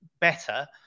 better